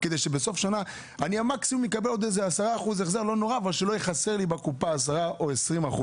כדי שבסוף השנה לא יהיה חסר לי בקופה 10% או 20%,